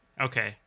Okay